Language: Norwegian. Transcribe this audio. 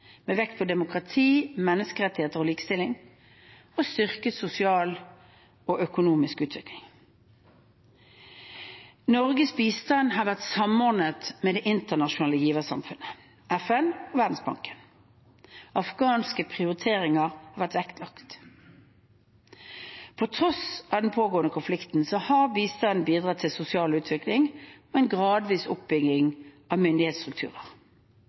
med vekt på demokrati, menneskerettigheter og likestilling – og styrket sosial og økonomisk utvikling. Norges bistand har vært samordnet med det internasjonale giversamfunnet, FN og Verdensbanken. Afghanske prioriteringer har vært vektlagt. På tross av den pågående konflikten har bistanden bidratt til sosial utvikling og en gradvis oppbygging av myndighetsstrukturer.